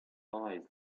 eyes